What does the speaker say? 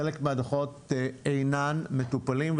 חלק מהדו"חות אינם מטופלים,